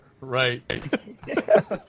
Right